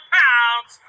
pounds